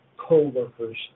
co-workers